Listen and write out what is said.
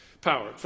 Power